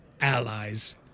allies